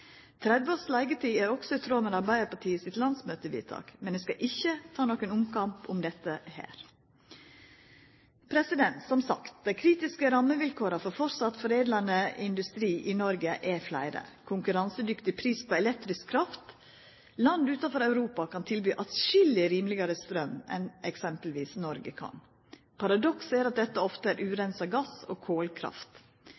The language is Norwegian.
års leigetid er også i tråd med Arbeidarpartiet sitt landsmøtevedtak, men eg skal ikkje ta nokon omkamp om dette her. Som sagt: Dei kritiske rammevilkåra for framleis å kunna ha kraftforedlande industri i Noreg er fleire, m.a. konkurransedyktig pris på elektrisk kraft. Land utanfor Europa kan tilby atskilleg rimelegare straum enn det Noreg kan. Paradokset er at dette ofte er